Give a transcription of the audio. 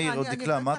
מאיר או דקלה, מה?